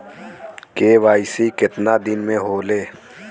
KYC कितना दिन में होले?